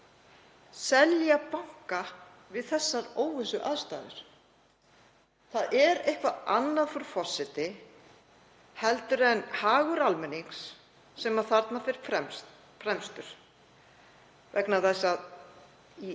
selja banka við þessar óvissuaðstæður? Það er eitthvað annað, frú forseti, en hagur almennings sem þarna fer fremstur vegna þess að